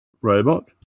robot